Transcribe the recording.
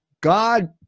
God